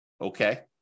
Okay